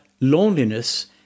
loneliness